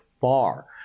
far